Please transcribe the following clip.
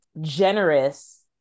generous